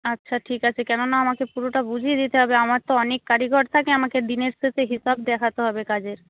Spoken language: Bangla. আচ্ছা ঠিক আছে কেননা আমাকে পুরোটা বুঝিয়ে দিতে হবে আমার তো অনেক কারিগর থাকে আমাকে দিনের শেষে হিসাব দেখাতে হবে কাজের